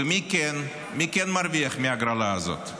ומי כן מרוויח מההגרלה הזאת?